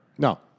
No